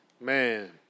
man